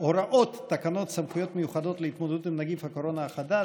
תקנות סמכויות מיוחדות להתמודדות עם נגיף הקורונה החדש